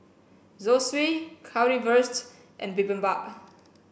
Zosui Currywurst and Bibimbap